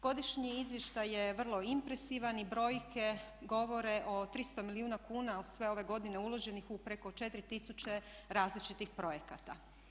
Godišnji izvještaj je vrlo impresivan i brojke govore o 300 milijuna kuna sve ove godine uloženih u preko 4000 različitih projekata.